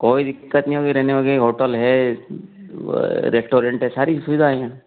कोई दिक्कत नहीं होगी रहने वहने की होटल है रेस्टोरेंट है सारी सुविधाएँ हैं